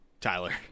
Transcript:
Tyler